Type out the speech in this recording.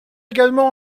également